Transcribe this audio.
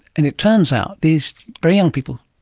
and it turns out these very young people,